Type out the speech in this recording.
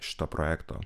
šito projekto